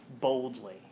boldly